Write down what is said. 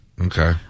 Okay